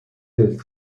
del